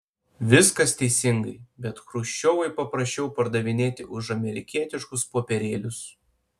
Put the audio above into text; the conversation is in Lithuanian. viskas teisingai bet chruščiovui paprasčiau pardavinėti už amerikietiškus popierėlius